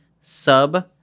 sub